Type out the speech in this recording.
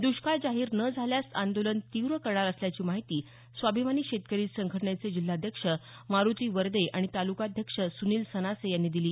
दुष्काळ जाहीर न झाल्यास आंदोलन तीव्र करणार असल्याची माहिती स्वाभिमानी शेतकरी संघटनेचे जिल्हाध्यक्ष मारूती वरदे आणि तालुकाध्यक्ष सुनिल सनासे यांनी दिली